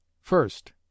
First